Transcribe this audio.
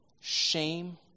shame